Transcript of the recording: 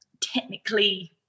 technically